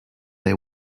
they